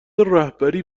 رهبری